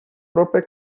própria